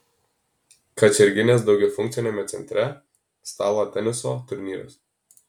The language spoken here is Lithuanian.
kačerginės daugiafunkciame centre stalo teniso turnyras